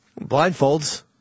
Blindfolds